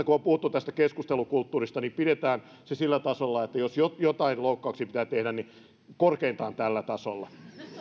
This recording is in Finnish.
kun on puhuttu tästä keskustelukulttuurista niin pidetään se sillä tasolla että jos jotain loukkauksia pitää tehdä niin korkeintaan tällä tasolla ja